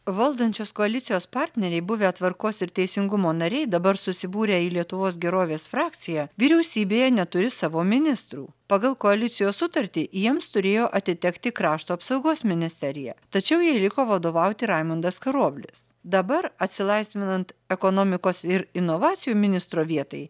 valdančios koalicijos partneriai buvę tvarkos ir teisingumo nariai dabar susibūrę į lietuvos gerovės frakciją vyriausybėje neturi savo ministrų pagal koalicijos sutartį jiems turėjo atitekti krašto apsaugos ministerija tačiau jai liko vadovauti raimundas karoblis dabar atsilaisvinant ekonomikos ir inovacijų ministro vietai